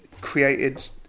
created